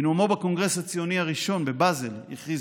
בנאומו בקונגרס הציוני הראשון בבאזל הכריז